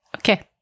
Okay